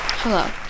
Hello